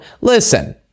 listen